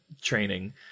training